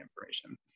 information